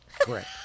Correct